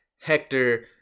Hector